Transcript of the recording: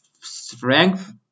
strength